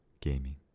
gaming